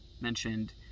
mentioned